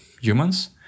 humans